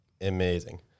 amazing